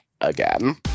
again